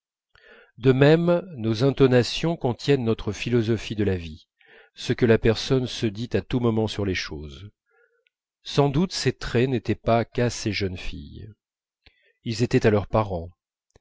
de même nos intonations contiennent notre philosophie de la vie ce que la personne se dit à tout moment sur les choses sans doute ces traits n'étaient pas qu'à ces jeunes filles ils étaient à leurs parents